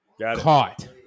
Caught